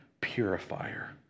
purifier